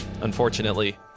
unfortunately